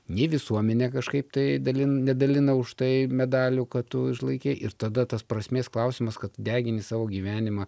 nei visuomenė kažkaip tai dalin nedalina už tai medalių kad tu išlaikei tada tas prasmės klausimas kad degini savo gyvenimą